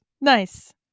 nice